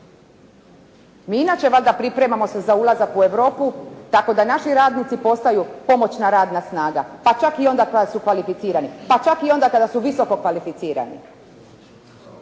mi inače valjda pripremamo se za ulazak u Europu tako da naši radnici postaju pomoćna radna snaga, pa čak i onda kada su kvalificirani, pa čak i onda kada su visoko kvalificirani.